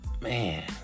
Man